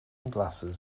glasses